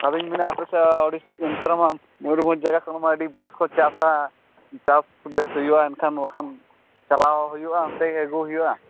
ᱟᱫᱚᱧ ᱢᱮᱱᱮᱫᱼᱟ ᱦᱟᱯᱮ ᱥᱮ ᱚᱱᱛᱮᱨᱮᱢᱟ ᱢᱚᱭᱩᱨᱵᱷᱚᱸᱡᱽ ᱡᱟᱜᱟᱠᱚᱨᱮ ᱢᱟ ᱟᱹᱰᱤ ᱵᱮᱥᱠᱚ ᱪᱟᱥᱟ ᱪᱟᱥ ᱵᱮᱥ ᱦᱩᱭᱩᱜᱼᱟ ᱮᱱᱠᱷᱟᱱ ᱪᱟᱞᱟᱣ ᱦᱩᱭᱩᱜᱼᱟ ᱚᱱᱛᱮᱜᱮ ᱟᱹᱜᱩ ᱦᱩᱭᱩᱜᱼᱟ